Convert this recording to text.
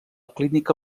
clínica